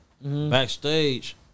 backstage